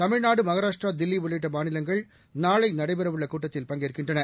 தமிழ்நாடு மகாராஷ்டிரா தில்லி உள்ளிட்ட மாநிலங்கள் நாளை நடைபெறவுள்ள கூட்டத்தில் பங்கேற்கின்றன